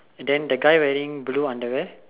and then the guy wearing blue underwear